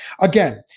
Again